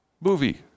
movie